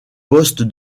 poste